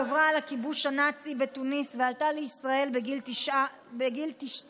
גברה על הכיבוש הנאצי בתוניס ועלתה לישראל בגיל תשע בלבד,